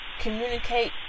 communicate